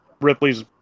Ripley's